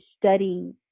study